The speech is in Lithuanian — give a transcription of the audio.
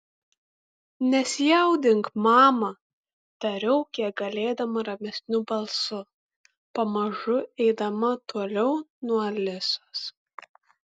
nesijaudink mama tariau kiek galėdama ramesniu balsu pamažu eidama toliau nuo alisos